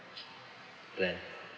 plan